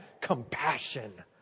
compassion